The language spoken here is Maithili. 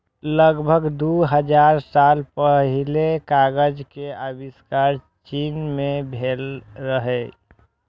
लगभग दू हजार साल पहिने कागज के आविष्कार चीन मे भेल रहै